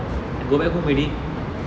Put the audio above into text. then go back home already